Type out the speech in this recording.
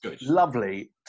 lovely